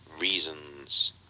Reasons